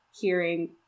hearing